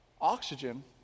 oxygen